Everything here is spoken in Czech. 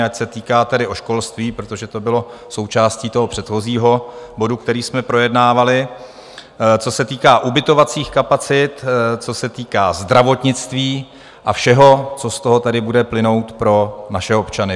Ať se to týká tedy školství protože to bylo součástí toho předchozího bodu, který jsme projednávali co se týká ubytovacích kapacit, co se týká zdravotnictví a všeho, co z toho tedy bude plynout pro naše občany.